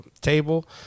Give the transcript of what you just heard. table